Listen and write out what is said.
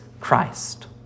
Christ